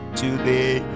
today